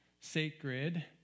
sacred